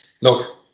look